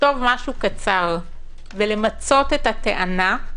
לכתוב משהו קצר כדי למצות את הטענה,